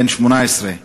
בן 18,